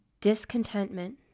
discontentment